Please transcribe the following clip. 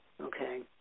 Okay